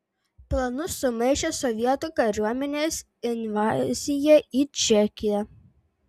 planus sumaišė sovietų kariuomenės invazija į čekiją